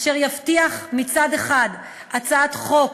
אשר יבטיחו מצד אחד הצעת חוק